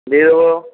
দিয়ে দেব